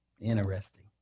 Interesting